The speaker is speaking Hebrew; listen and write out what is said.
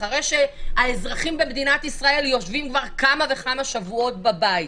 אחרי שהאזרחים במדינת ישראל יושבים כבר כמה וכמה שבועות בבית,